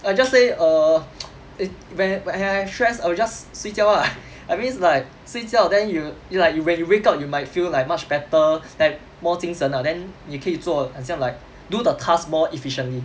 I just say err it when when I stress I will just 睡觉 ah I mean it's like 睡觉 then you you like you when you wake up you might feel like much better and more 精神 ah then 你可以做很像 like do the task more efficiently